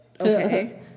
okay